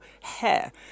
hair